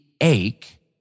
ache